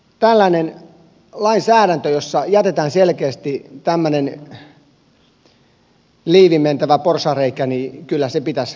siinä mielessä jos jätetään selkeästi tämmöinen liivin mentävä porsaanreikä lainsäädäntöön niin kyllä se pitäisi tukkia